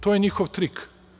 To je njihov trik.